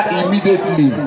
immediately